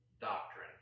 doctrine